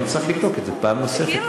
אצטרך לבדוק את זה פעם נוספת.